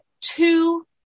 two